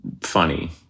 funny